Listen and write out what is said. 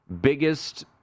biggest